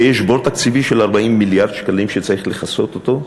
שיש בור תקציבי של 40 מיליארד שקלים שצריך לכסות אותו,